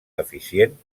eficient